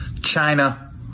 china